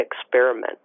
experiment